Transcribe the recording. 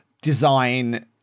design